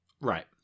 Right